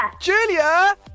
Julia